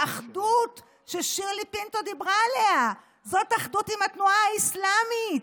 האחדות ששירלי פינטו דיברה עליה זאת אחדות עם התנועה האסלאמית.